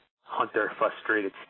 hunter-frustrated